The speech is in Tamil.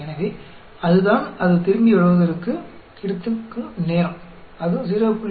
எனவே அதுதான் அது திரும்பி வருவதற்கு எடுக்கும் நேரம் அது 0